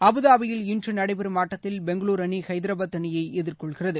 அபுதாபியில் இன்று நடைபெறும் ஆட்டத்தில் பெங்களூர் அணிஐதராபாத் அணியைஎதிர்கொள்கிறது